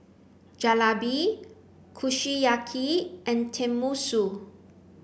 Jalebi Kushiyaki and Tenmusu